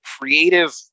creative